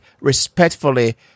respectfully